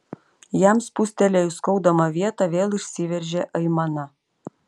jam spustelėjus skaudamą vietą vėl išsiveržė aimana